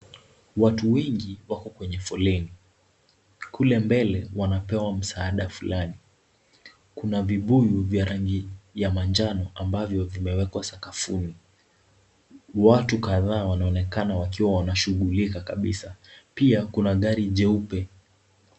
Watu wengi wako kwenye foleni. Kule mbele wanapewa msaada fulani. Kuna vibuyu vya rangi ya manjano ambavyo vimewekwa sakafuni. Watu kadhaa wanaonekana wakiwa wanashughulika kabisa. Pia kuna gari jeupe.